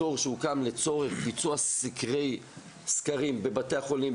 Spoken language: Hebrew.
מדור שהוקם לצורך ביצוע סקרים בבתי החולים,